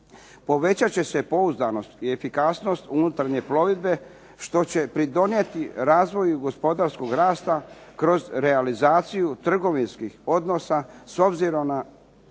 Povećat će se pouzdanost i efikasnost unutarnje plovidbe što će pridonijeti razvoju gospodarskog rasta kroz realizaciju trgovinskih odnosa s obzirom na